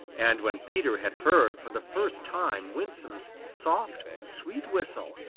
and when peter had heard for the first time winsome's soft, sweet whistle,